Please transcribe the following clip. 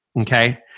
Okay